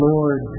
Lord